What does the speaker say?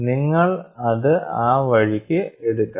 നിങ്ങൾ അത് ആ വഴിക്ക് എടുക്കണം